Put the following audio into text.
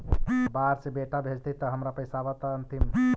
बाहर से बेटा भेजतय त हमर पैसाबा त अंतिम?